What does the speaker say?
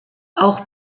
auch